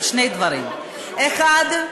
על שני דברים: אחד,